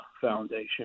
foundation